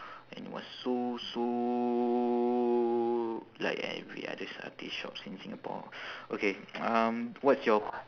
and it was so so like every other satay shops in singapore okay um what's your c~